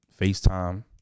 Facetime